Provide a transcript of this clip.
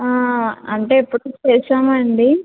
అంటే ఇప్పుడు చేశామండి